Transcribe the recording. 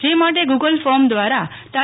જે માટે Google form દ્વારા તા